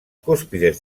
cúspides